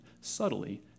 subtly